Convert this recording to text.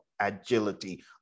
agility